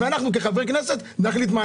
ואנחנו כחברי כנסת נחליט.